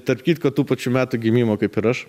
tarp kitko tų pačių metų gimimo kaip ir aš